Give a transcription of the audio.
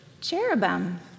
cherubim